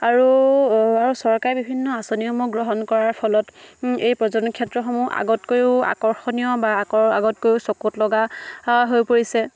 আৰু চৰকাৰে বিভিন্ন আঁচনিসমূহ গ্ৰহণ কৰাৰ ফলত এই পৰ্যটন ক্ষেত্ৰসমূহ আগতকৈয়ো আকৰ্ষণীয় বা আগতকৈও চকুত লগা হৈ পৰিছে